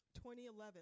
2011